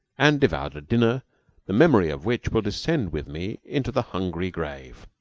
and devoured a dinner the memory of which will descend with me into the hungry grave.